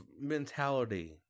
mentality